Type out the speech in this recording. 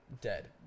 dead